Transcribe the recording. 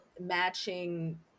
matching